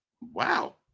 Wow